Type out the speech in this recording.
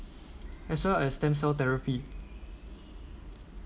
as well as stem cell therapy